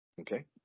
Okay